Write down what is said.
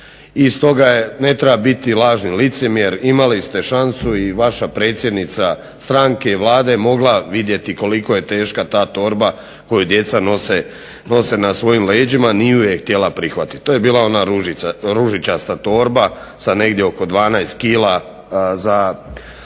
i stoga ne treba biti lažni licemjer. Imali ste šansu i vaša predsjednica stranke i Vlade je mogla vidjeti koliko je teška ta torba koju djeca nose na svojim leđima, ni ju je htjela prihvatit. To je bila ona ružičasta torba sa negdje oko 12 kg za 2.